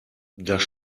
das